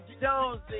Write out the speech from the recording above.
Jonesy